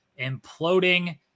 imploding